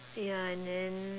ya and then